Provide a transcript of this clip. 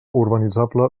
urbanitzable